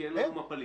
כי אין אצלנו מפלים.